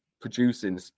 producing